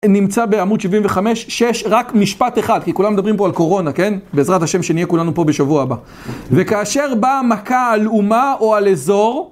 נמצא בעמוד 75-6, רק משפט אחד, כי כולם מדברים פה על קורונה, כן? בעזרת השם שנהיה כולנו פה בשבוע הבא. וכאשר באה מכה על אומה או על אזור...